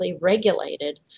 regulated